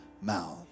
mouth